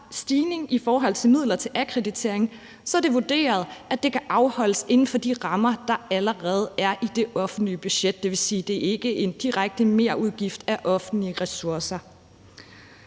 stigning i forhold til midler til akkreditering er vurderet, at det kan afholdes inden for de rammer, der allerede er i det offentlige budget; det vil sige, at det ikke er et direkte merforbrug af offentlige ressourcer.